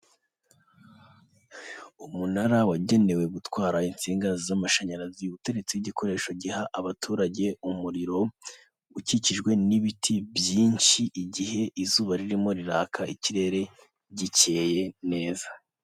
Umunara wagenewe gutwara insinga z'amashanyarazi uteretse igikoresho giha abaturage umuriro, ukikijwe n'ibiti byinshi igihe izuba ririmo riraka ikirere gikeye neza.